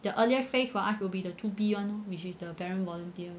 the earliest phase for us will be the P_V one which is the parent volunteer